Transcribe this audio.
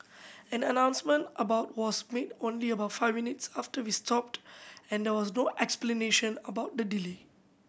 an announcement about was made only about five minutes after we stopped and there was no explanation about the delay